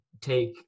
take